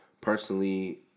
Personally